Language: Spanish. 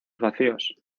vacíos